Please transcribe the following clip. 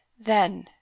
Then